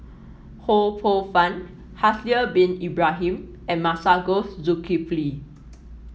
Ho Poh Fun Haslir Bin Ibrahim and Masagos Zulkifli